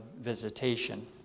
visitation